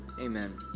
amen